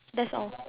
that's all